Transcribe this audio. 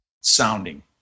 sounding